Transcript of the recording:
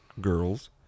girls